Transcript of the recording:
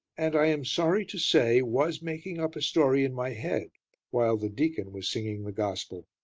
and, i am sorry to say, was making up a story in my head while the deacon was singing the gospel.